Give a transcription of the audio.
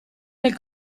nel